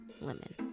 Lemon